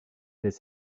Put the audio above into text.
les